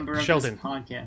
Sheldon